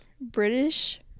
British